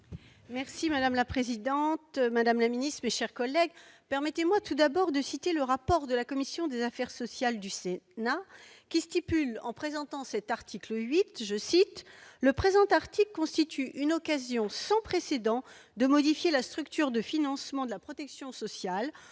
Madame la présidente, madame la ministre, mes chers collègues, permettez-moi, tout d'abord, de citer le rapport de la commission des affaires sociales du Sénat au sujet de l'article 8 :« Le présent article constitue une occasion sans précédent de modifier la structure de financement de la protection sociale